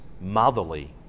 motherly